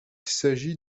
s’agit